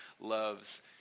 loves